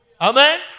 Amen